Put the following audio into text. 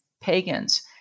pagans